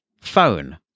Phone